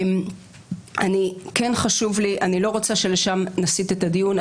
אני לא רוצה שלשם נסיט את הדיון,